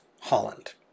Holland